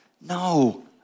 no